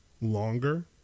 longer